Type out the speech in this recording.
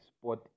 spot